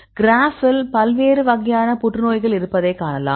கிராஃப்பில் பல்வேறு வகையான புற்றுநோய்கள் இருப்பதை காணலாம்